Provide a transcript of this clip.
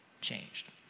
changed